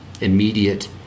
immediate